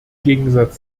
gegensatz